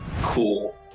Cool